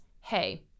hey